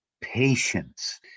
patience